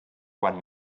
quan